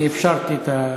אני אפשרתי את,